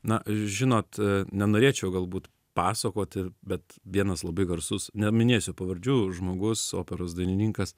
na žinot nenorėčiau galbūt pasakoti bet vienas labai garsus neminėsiu pavardžių žmogus operos dainininkas